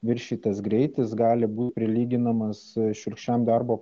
viršytas greitis gali būt prilyginamas šiurkščiam darbo